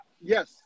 yes